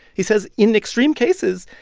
he says, in extreme cases,